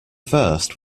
first